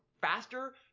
faster